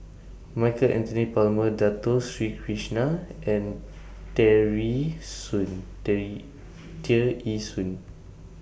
Michael Anthony Palmer Dato Sri Krishna and Tear Ee Soon